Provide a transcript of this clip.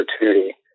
opportunity